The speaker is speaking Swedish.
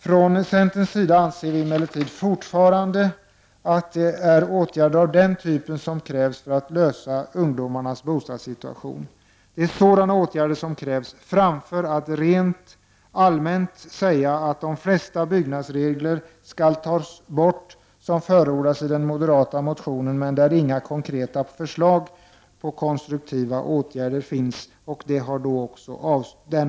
Från centerns sida anser vi emellertid fortfarande att det är åtgärder av den typen som krävs för att lösa ungdomars bostadssituation i stället för att man rent allmänt uttalar att de flesta byggnadsreglerna skall tas bort, vilket förordas i den moderata motionen. I denna motion ges emellertid inga konkreta förslag till konstruktiva åtgärder.